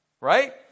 right